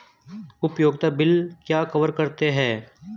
उपयोगिता बिल क्या कवर करते हैं?